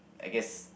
I guess